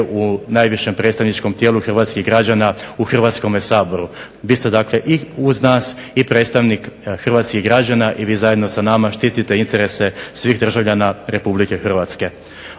u najvišem predstavničkom tijelu hrvatskih građana u Hrvatskome saboru. Vi ste dakle uz nas i predstavnik hrvatskih građana i vi zajedno sa nama štite interese svih državljana RH. Vaše izvješće